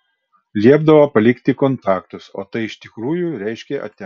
liepdavo palikti kontaktus o tai iš tikrųjų reiškė atia